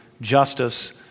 justice